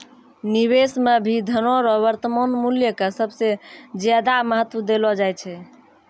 निवेश मे भी धनो रो वर्तमान मूल्य के सबसे ज्यादा महत्व देलो जाय छै